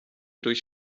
durch